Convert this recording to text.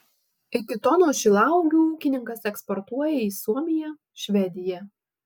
iki tonos šilauogių ūkininkas eksportuoja į suomiją švediją